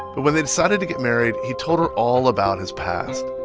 but when they decided to get married, he told her all about his past.